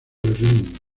berlín